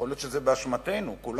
יכול להיות שזה באשמת כולנו,